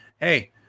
Hey